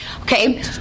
okay